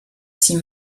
six